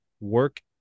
work